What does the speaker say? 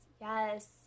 Yes